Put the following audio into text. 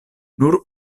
nur